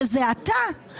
שזה אתה,